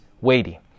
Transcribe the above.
weighty